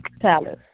Palace